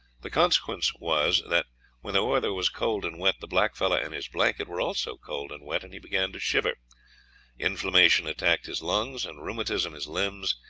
the consequence was that when the weather was cold and wet, the blackfellow and his blanket were also cold and wet, and he began to shiver inflammation attacked his lungs, and rheumatism his limbs,